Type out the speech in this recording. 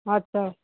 ਅੱਛਾ